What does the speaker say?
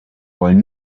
wollen